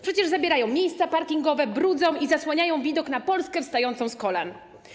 Przecież zabierają miejsca parkingowe, brudzą i zasłaniają widok na Polskę wstającą z kolan.